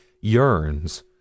yearns